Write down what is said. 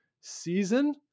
season